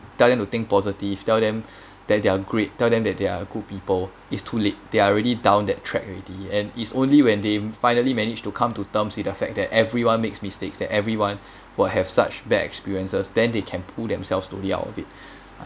tell them to think positive tell them that they're great tell them that they're good people it's too late they already down that track already and it's only when they finally managed to come to terms with the fact that everyone makes mistakes that everyone will have such bad experiences then they can pull themselves slowly out of it